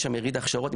יש שם יריד הכשרות,